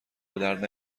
بدرد